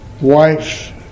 wife